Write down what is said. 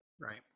right